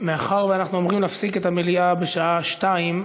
מאחר שאנחנו אמורים להפסיק את הדיון במליאה בשעה 14:00,